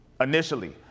initially